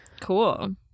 cool